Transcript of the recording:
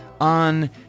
on